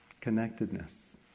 connectedness